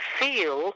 feel